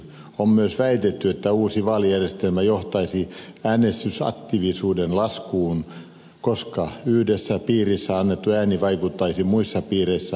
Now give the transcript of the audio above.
on myös väitetty että uusi vaalijärjestelmä johtaisi äänestysaktiivisuuden laskuun koska yhdessä piirissä annettu ääni vaikuttaisi muissa piireissä annettuun äänimäärään